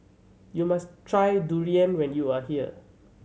you must try durian when you are here